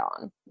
on